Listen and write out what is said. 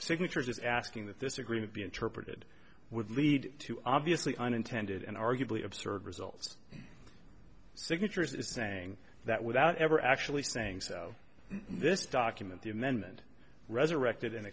signatures asking that this agreement be interpreted would lead to obviously unintended and arguably absurd results signatures is saying that without ever actually saying so this document the amendment resurrected